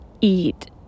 eat